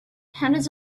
hundreds